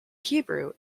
hebrew